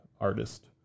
artist